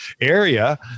area